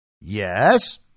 yes